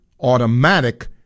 automatic